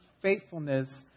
faithfulness